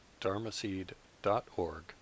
dharmaseed.org